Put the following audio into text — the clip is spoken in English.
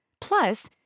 Plus